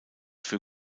für